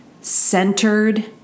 centered